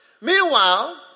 meanwhile